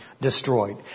destroyed